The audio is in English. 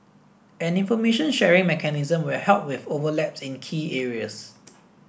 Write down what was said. an information sharing mechanism will help with overlaps in key areas